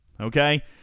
okay